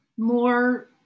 more